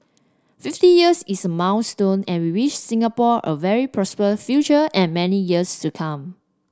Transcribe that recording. fifty years is milestone and we wish Singapore a very prosperous future and many years to come